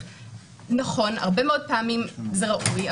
נכון, הרבה פעמים מאוד זה ראוי.